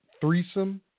threesome